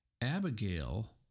Abigail